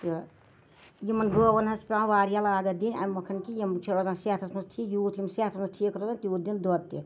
تہٕ یِمَن گٲوَن حظ چھِ پیٚوان واریاہ لاگَتھ دِنۍ امہِ مۄکھَن کہِ یِم چھِ روزان صحتَس مَنٛز ٹھیٖک یوٗت یِم صحتَس مَنٛز ٹھیٖک روزَن تیوٗت دِن دۄد تہِ